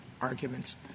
arguments